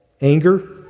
anger